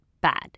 bad